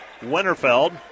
Winterfeld